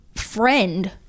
friend